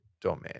domain